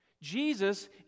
Jesus